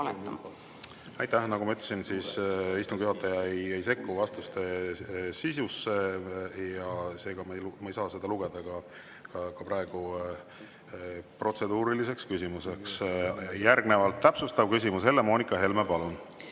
Aitäh! Nagu ma ütlesin, istungi juhataja ei sekku vastuste sisusse, seega ma ei saa seda lugeda ka praegu protseduuriliseks küsimuseks. Järgnevalt täpsustav küsimus. Helle-Moonika Helme, palun!